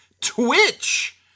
Twitch